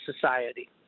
society